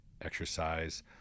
exercise